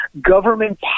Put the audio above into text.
government